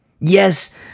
yes